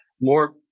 more